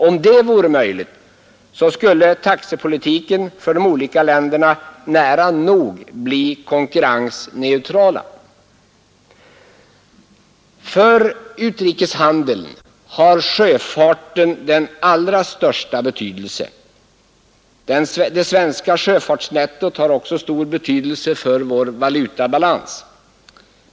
Om detta vore möjligt skulle taxepolitiken i de olika länderna nära nog automatiskt bli konkurrensneutrala. För utrikeshandeln har sjöfarten den allra största betydelse. Det svenska sjöfartsnettot har också stor betydelse för vår valutabalans.